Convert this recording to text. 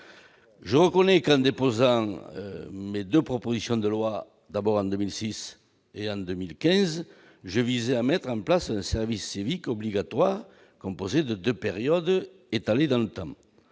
Je reconnais qu'en déposant mes deux propositions de loi, en 2006 et en 2015, je visais à mettre en place un service civique obligatoire, composé de deux périodes étalées dans le temps.